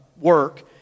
work